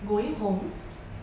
going home